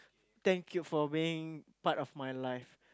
thank you for being part of my life